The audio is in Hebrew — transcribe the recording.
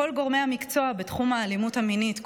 כל גורמי המקצוע בתחום האלימות המינית,